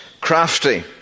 crafty